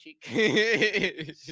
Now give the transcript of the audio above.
cheek